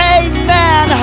amen